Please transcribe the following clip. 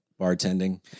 bartending